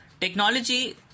Technology